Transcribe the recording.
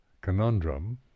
conundrum